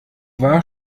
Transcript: war